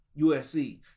USC